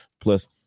plus